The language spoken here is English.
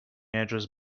address